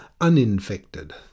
uninfected